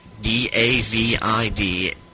d-a-v-i-d